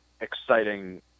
exciting